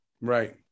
Right